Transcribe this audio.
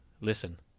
Listen